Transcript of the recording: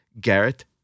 Garrett